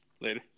later